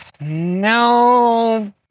No